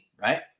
right